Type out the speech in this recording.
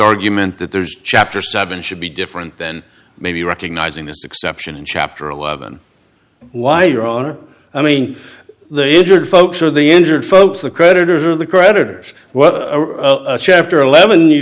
argument that there's chapter seven should be different then maybe recognizing this exception in chapter eleven why there are i mean the injured folks or the injured folks the creditors or the creditors what chapter eleven